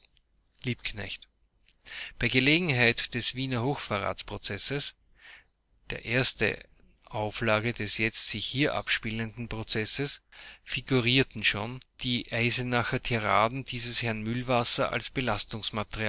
bei gelegenheit des wiener hochverratsprozesses der ersten auflage des jetzt hier sich abspielenden prozesses figurierten schon die eisenacher tiraden dieses herrn mühlwasser als